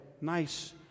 nice